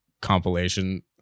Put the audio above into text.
compilation